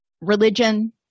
religion